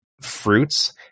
fruits